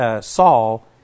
Saul